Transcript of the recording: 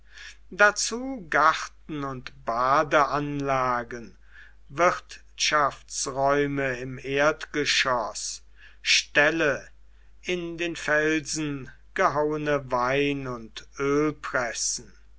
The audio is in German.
dazu garten und badeanlagen wirtschaftsräume im erdgeschoß ställe in den felsen gehauene wein und